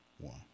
One